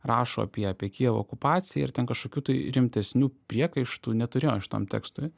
rašo apie apie kijevo okupaciją ir ten kažkokių tai rimtesnių priekaištų neturėjo tam tekstui